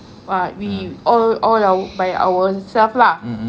uh we all all our by ourself lah